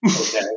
Okay